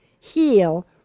heal